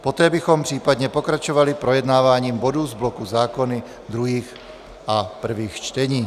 Poté bychom případně pokračovali projednáváním bodů z bloku zákony druhých a prvých čtení.